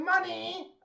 money